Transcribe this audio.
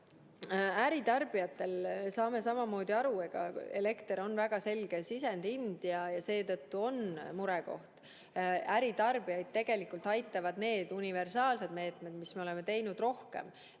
Äritarbijatel, me saame ühtmoodi aru, on elektri hind väga selge sisendihind ja seetõttu murekoht. Äritarbijaid tegelikult aitavad need universaalsed meetmed, mis me oleme teinud, rohkem.